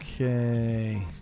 Okay